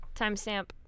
timestamp